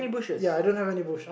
ya I don't have any bush